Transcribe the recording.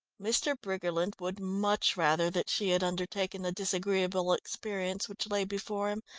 mr. briggerland would much rather that she had undertaken the disagreeable experience which lay before him,